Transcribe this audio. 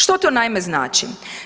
Što to naime, znači?